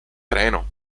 treno